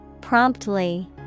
Promptly